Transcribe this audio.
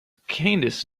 candice